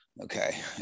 Okay